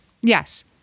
Yes